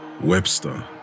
Webster